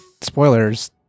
spoilers